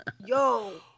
Yo